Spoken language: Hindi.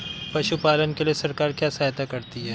पशु पालन के लिए सरकार क्या सहायता करती है?